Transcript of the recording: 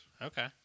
Okay